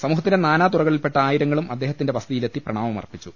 സമൂഹത്തിന്റെ നാനാതുറകളിൽപെട്ട ആയിരങ്ങളും അദ്ദേഹത്തിന്റെ വസതിയി ലെത്തി പ്രണാമമർപ്പിച്ചു